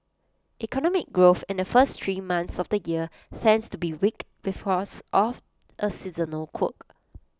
economic growth in the first three months of the year tends to be weak because of A seasonal quirk